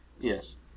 Yes